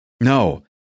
No